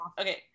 Okay